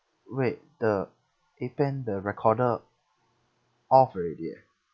wait the appen the recorder off already eh